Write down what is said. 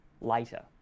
later